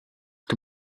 can